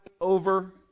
over